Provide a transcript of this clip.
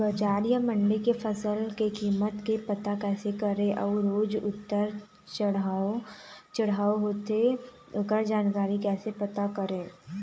बजार या मंडी के फसल के कीमत के पता कैसे करें अऊ रोज उतर चढ़व चढ़व होथे ओकर जानकारी कैसे पता करें?